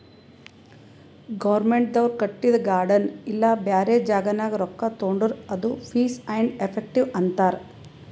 ಗೌರ್ಮೆಂಟ್ದವ್ರು ಕಟ್ಟಿದು ಗಾರ್ಡನ್ ಇಲ್ಲಾ ಬ್ಯಾರೆ ಜಾಗನಾಗ್ ರೊಕ್ಕಾ ತೊಂಡುರ್ ಅದು ಫೀಸ್ ಆ್ಯಂಡ್ ಎಫೆಕ್ಟಿವ್ ಅಂತಾರ್